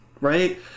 right